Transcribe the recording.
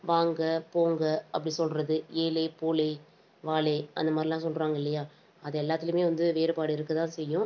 வாங்க போங்க அப்படி சொல்லுறது ஏலே போலே வாலே அந்தமாதிரிலாம் சொல்லுறாங்க இல்லையா அது எல்லாத்துலேயுமே வந்து வேறுபாடு இருக்கதான் செய்யும்